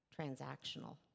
transactional